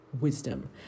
wisdom